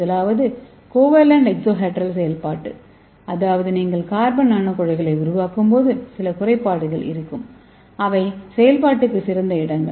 முதலாவது covalent exohedral செயல்பாட்டு அதாவது நீங்கள் கார்பன் நானோகுழாய்களை உருவாக்கும் போது சில குறைபாடுகள் இருக்கும் அவை செயல்பாட்டுக்கு சிறந்த இடங்கள்